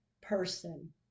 person